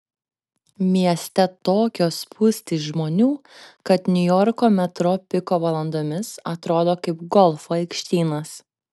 mieste tokios spūstys žmonių kad niujorko metro piko valandomis atrodo kaip golfo aikštynas